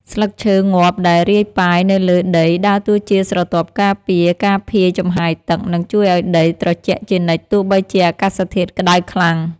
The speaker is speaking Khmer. ស្លឹកឈើងាប់ដែលរាយប៉ាយនៅលើដីដើរតួជាស្រទាប់ការពារការភាយចំហាយទឹក និងជួយឱ្យដីត្រជាក់ជានិច្ចទោះបីជាអាកាសធាតុក្តៅខ្លាំង។